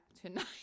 tonight